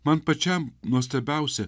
man pačiam nuostabiausia